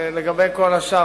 ולגבי כל השאר,